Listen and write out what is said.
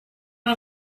her